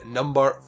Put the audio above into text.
number